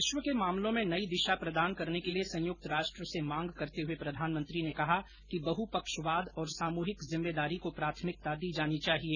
विश्व के मामलों में नयी दिशा प्रदान करने के लिए संयुक्त राष्ट्र से मांग करते हुए प्रधानमंत्री ने कहा कि बहु पक्षवाद और सामूहिक जिम्मेदारी को प्राथमिकता दी जानी चाहिए